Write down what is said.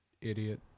idiot